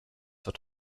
zur